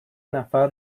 نفر